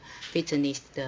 fitness